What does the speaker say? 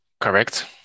correct